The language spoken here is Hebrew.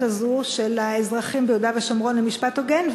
הזו של האזרחים ביהודה ושומרון למשפט הוגן,